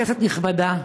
כנסת נכבדה,